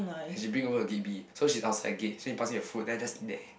and she bring over to gate B so she's outside the gate so she pass me the food then I just eat there